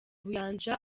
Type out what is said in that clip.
ubuyanja